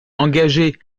engagé